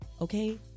okay